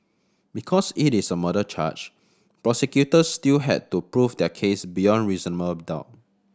because it is a murder charge prosecutors still had to prove their case beyond reasonable doubt